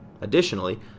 Additionally